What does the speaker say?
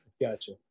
Gotcha